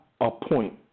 appoint